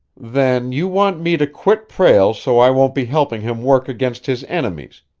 then you want me to quit prale so i won't be helping him work against his enemies,